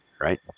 Right